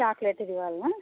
చాక్లేట్ది కావాలనా